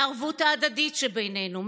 בערבות ההדדית שבינינו,